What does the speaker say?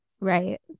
Right